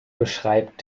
beschreibt